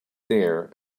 there